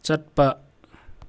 ꯆꯠꯄ